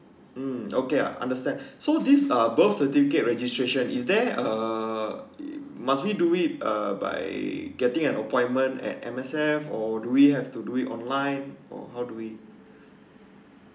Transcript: mm okay I understand so this uh birth certificate registration is there uh must we do it uh by getting an appointment at M_S_F or do we have to do it online or how do we